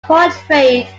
portrayed